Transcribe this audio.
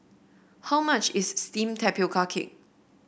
how much is steamed Tapioca Cake